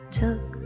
took